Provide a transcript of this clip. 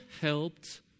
helped